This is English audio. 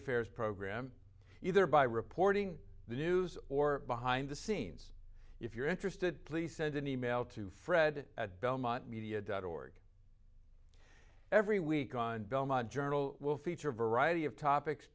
affairs program either by reporting the news or behind the scenes if you're interested please send an e mail to fred at belmont media dot org every week on belmont journal will feature a variety of topics